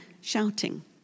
shouting